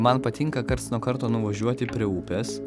man patinka karts nuo karto nuvažiuoti prie upės